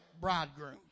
bridegroom